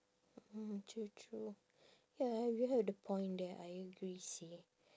mm true true ya you have the point there I agree seh